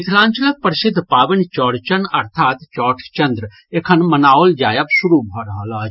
मिथिलांचलक प्रसिद्ध पावनि चौरचन अर्थात चौठचंद्र एखन मनाओल जायब शुरू भऽ रहल अछि